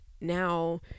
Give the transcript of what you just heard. now